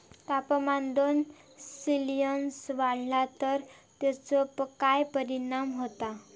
तापमान दोन सेल्सिअस वाढला तर तेचो काय परिणाम होता?